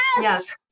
yes